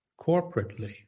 corporately